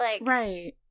Right